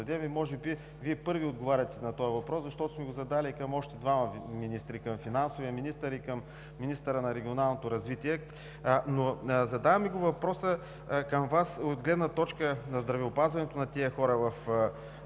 зададем. Може би Вие първи ще отговорите на този въпрос, защото сме го задали към още двама министри – финансовия министър и министъра на регионалното развитие. Задаваме въпроса към Вас от гледна точка на здравеопазването на хората